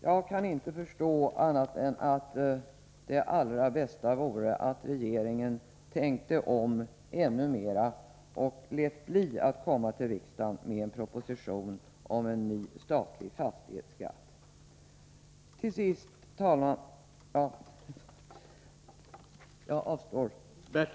Jag kan inte förstå annat än att det allra bästa vore att regeringen tänkte om ännu mera och lät bli att komma till riksdagen med en proposition om en ny statlig fastighetsskatt.